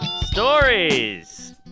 Stories